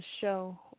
show